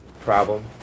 problem